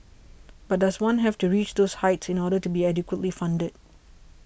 but does one have to reach those heights in order to be adequately funded